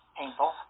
Painful